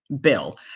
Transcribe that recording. bill